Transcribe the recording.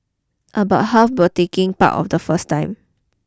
about half were taking part of the first time